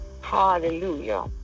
hallelujah